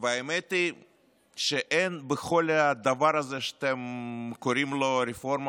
האמת היא שאין בכל הדבר הזה שאתם קוראים לו "רפורמה